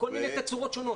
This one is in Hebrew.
בכל מיני תצורות שונות.